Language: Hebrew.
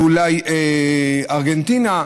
ואולי ארגנטינה,